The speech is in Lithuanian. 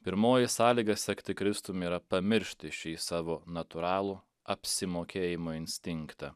pirmoji sąlyga sekti kristumi yra pamiršti šį savo natūralų apsimokėjimo instinktą